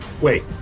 Wait